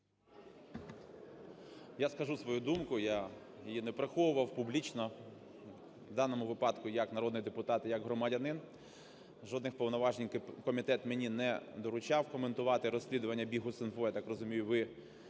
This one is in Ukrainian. Я скажу свою думку, я її не приховував, публічно. В даному випадку як народний депутат і як громадянин жодних повноважень комітет мені не доручав коментувати розслідування Bihus.infо, я так розумію, ви